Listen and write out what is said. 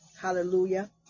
Hallelujah